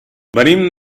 venim